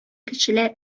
кешеләр